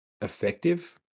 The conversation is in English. effective